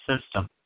system